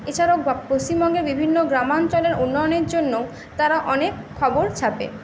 এছাড়াও পশ্চিমবঙ্গের বিভিন্ন গ্রামাঞ্চলের উন্নয়নের জন্য তারা অনেক খবর ছাপে